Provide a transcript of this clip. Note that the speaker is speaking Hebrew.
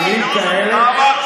מילים כאלה?